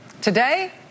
Today